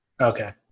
okay